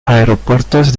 aeropuertos